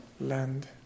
land